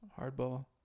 Hardball